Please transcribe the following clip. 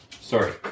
Sorry